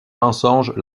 mensonge